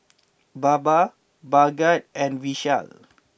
Baba Bhagat and Vishal